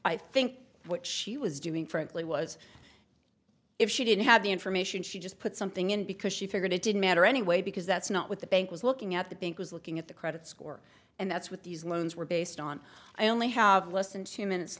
i think what she was doing frankly was if she didn't have the information she just put something in because she figured it didn't matter anyway because that's not what the bank was looking at the bank was looking at the credit score and that's what these loans were based on i only have less than two minutes